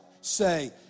say